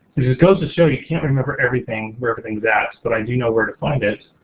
it goes to show, you can't remember everything, where everything's at, but i do know where to find it.